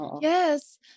Yes